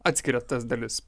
atskiriat tas dalis